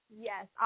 Yes